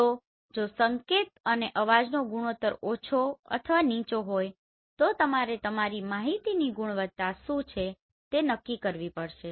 તો જો સંકેત અને અવાજનો ગુણોત્તર ઓછો અથવા નીચો હોય તો તમારે તમારી માહિતીની ગુણવત્તા શું છે તે નક્કી કરવું પડશે